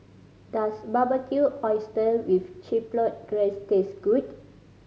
does Barbecued Oyster with Chipotle Glaze taste good